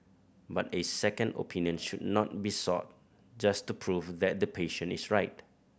but a second opinion should not be sought just to prove that the patient is right